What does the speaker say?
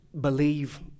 believe